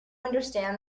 understand